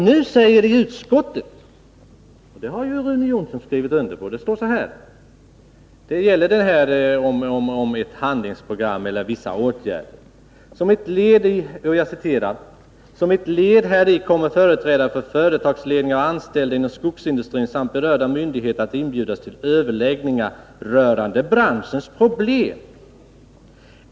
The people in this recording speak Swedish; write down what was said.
Nu säger ni i utskottsbetänkandet — och det har Rune Jonsson skrivit under — i fråga om vissa åtgärder: ”Som ett led häri kommer företrädare för företagsledningar och anställda inom skogsindustrin samt berörda myndigheter att inbjudas till överläggningar rörande branschens problem.